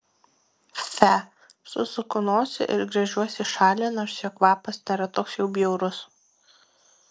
fe susuku nosį ir gręžiuosi į šalį nors jo kvapas nėra toks jau bjaurus